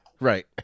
Right